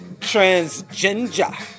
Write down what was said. Transgender